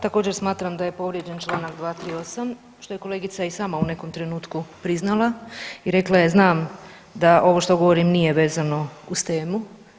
Također smatram da je povrijeđen čl. 238., što je kolegica i sama u nekom trenutku priznala i rekla je znam da ovo što govorim nije vezano uz temu.